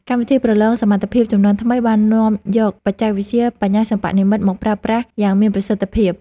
កម្មវិធីប្រឡងសមត្ថភាពជំនាន់ថ្មីបាននាំយកបច្ចេកវិទ្យាបញ្ញាសិប្បនិម្មិតមកប្រើប្រាស់យ៉ាងមានប្រសិទ្ធភាព។